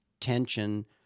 tension